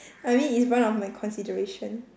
I mean it's one of my consideration